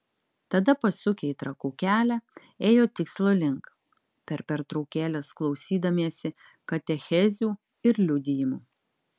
tada pasukę į trakų kelią ėjo tikslo link per pertraukėles klausydamiesi katechezių ir liudijimų